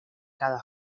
cada